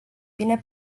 bine